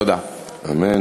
אמן.